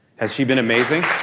has she been amazing?